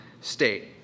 state